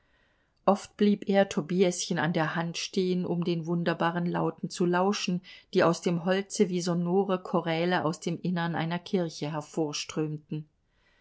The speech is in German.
oft blieb er tobiäschen an der hand stehen um den wunderbaren lauten zu lauschen die aus dem holze wie sonore choräle aus dem innern einer kirche